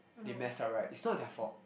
they mess up right it's not their fault